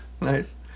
nice